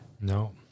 No